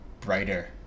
brighter